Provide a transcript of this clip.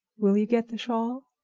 will you get the shawl?